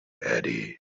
eddy